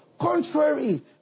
Contrary